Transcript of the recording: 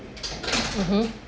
mmhmm